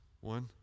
One